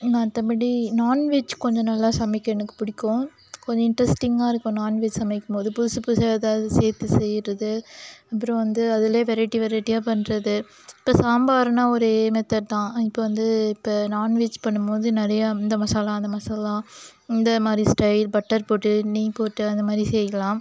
மற்றபடி நான்வெஜ் கொஞ்சம் நல்லா சமைக்க எனக்கு பிடிக்கும் கொஞ்சம் இன்ட்ரஸ்ட்டிங்காக இருக்கும் நான்வெஜ் சமைக்கும்போது புதுசு புதுசாக ஏதாவது சேர்த்து செய்கிறது அப்புறம் வந்து அதிலே வெரைட்டி வெரைட்டியாக பண்ணுறது இப்போ சாம்பார்னால் ஒரே மெத்தர்ட்தான் இப்போ வந்து இப்போ நான்வெஜ் பண்ணும்போது நிறைய இந்த மசாலா அந்த மசாலா இந்த மாதிரி ஸ்டைல் பட்டர் போட்டு நெய் போட்டு அந்த மாதிரி செய்யலாம்